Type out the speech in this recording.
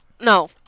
No